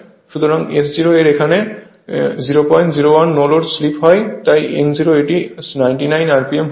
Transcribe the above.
সুতরাং S0 এর এখানে 001 নো লোড স্লিপ হয় তাই n 0 এটি 99 rpm হবে